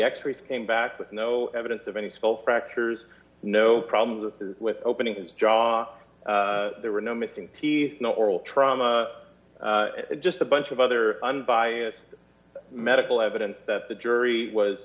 x rays came back with no evidence of any skull fractures no problems with opening his jaw there were no missing teeth no oral trauma just a bunch of other unbiased medical evidence that the jury was